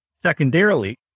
Secondarily